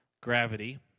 Gravity